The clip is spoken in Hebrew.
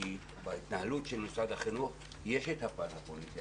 כי בהתנהלות של משרד החינוך יש את הפן הפוליטי,